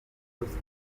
ruswa